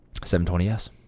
720S